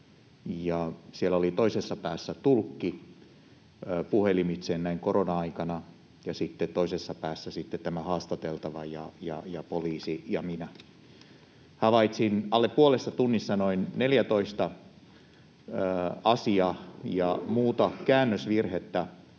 siellä oli toisessa päässä tulkki, puhelimitse näin korona-aikana, ja sitten toisessa päässä tämä haastateltava ja poliisi ja minä. Havaitsin alle puolessa tunnissa pitkin tätä